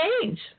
change